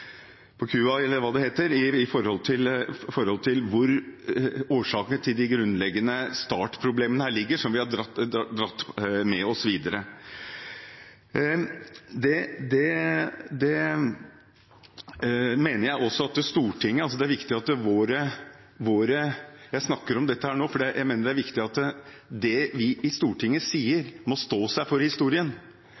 hvor årsakene til de grunnleggende startproblemene som vi har dratt med oss videre, ligger. Jeg snakker om dette nå fordi jeg mener det er viktig at det vi i Stortinget sier, må stå seg historisk. Det